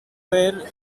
ver